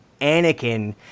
Anakin